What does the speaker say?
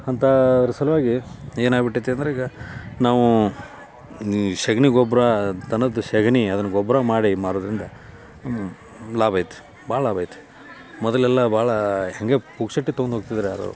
ಅಂಥವ್ರ ಸಲುವಾಗಿ ಏನಾಗ್ಬಿಟೈತೆ ಅಂದ್ರೆ ಈಗ ನಾವು ಈ ಸಗ್ಣಿ ಗೊಬ್ಬರ ದನದ ಸಗ್ಣಿ ಅದನ್ನು ಗೊಬ್ಬರ ಮಾಡಿ ಮಾರುವುದ್ರಿಂದ ಲಾಭ ಐತೆ ಭಾಳ ಲಾಭ ಐತೆ ಮೊದಲೆಲ್ಲ ಭಾಳ ಹೀಗೆ ಪುಗ್ಸಟ್ಟೆ ತೊಗೊಂಡ್ ಹೋಗ್ತಿದ್ರ್ ಯಾರೋ